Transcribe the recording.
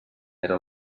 era